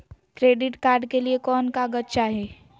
Credit card के लिए कौन कागज चाही?